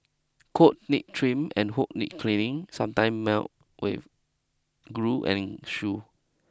coats need trims and hooves need cleaning sometimes melt with glue and shoes